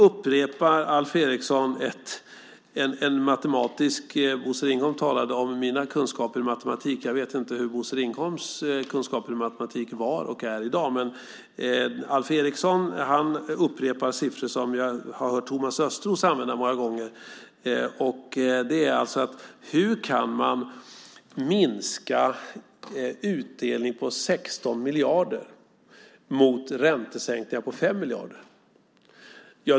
Bosse Ringholm talade om mina kunskaper i matematik. Jag vet inte hur Bosse Ringholms kunskaper i matematik var och är i dag. Men Alf Eriksson upprepar siffror som jag har hört Thomas Östros använda många gånger, nämligen: Hur kan man minska utdelningen på 16 miljarder mot räntesänkningar på 5 miljarder?